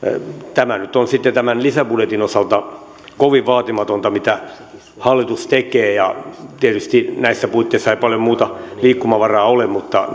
tämä nyt on sitten tämän lisäbudjetin osalta kovin vaatimatonta mitä hallitus tekee tietysti näissä puitteissa ei paljon muuta liikkumavaraa ole mutta